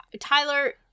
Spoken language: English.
Tyler